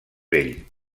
vell